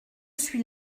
suis